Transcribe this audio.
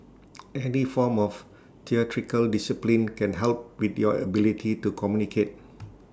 any form of theatrical discipline can help with your ability to communicate